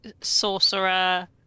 sorcerer